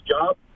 job